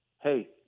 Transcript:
hey